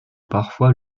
parfois